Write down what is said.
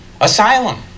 asylum